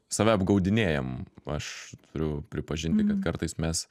save apgaudinėjam aš turiu pripažinti kad kartais mes